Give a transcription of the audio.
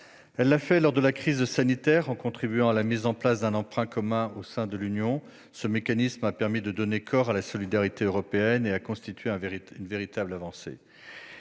Elle l'a fait lors de la crise sanitaire, en contribuant à la mise en place d'un emprunt commun au sein de l'Union. Ce mécanisme a permis de donner corps à la solidarité européenne et a constitué une véritable avancée.